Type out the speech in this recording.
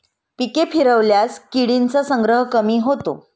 पिके फिरवल्यास किडींचा संग्रह कमी होतो